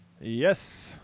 Yes